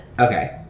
Okay